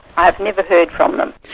i have never heard from them.